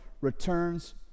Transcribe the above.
returns